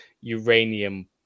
uranium